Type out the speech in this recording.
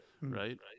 right